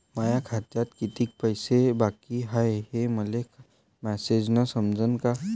माया खात्यात कितीक पैसे बाकी हाय हे मले मॅसेजन समजनं का?